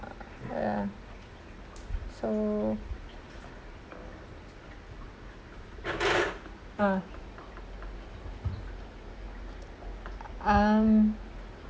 yeah so ah um